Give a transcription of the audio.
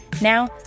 Now